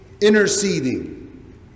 interceding